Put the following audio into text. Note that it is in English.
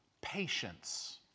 patience